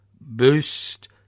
Boost